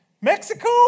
Mexico